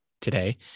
today